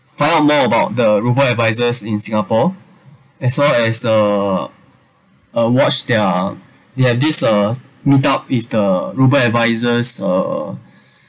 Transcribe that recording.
find out more about the robo advisers in singapore as well as uh watch that are yeah this uh meet-up with the robo adviser's uh